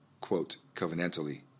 Covenantally